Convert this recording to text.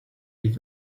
leave